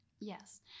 Yes